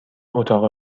اتاق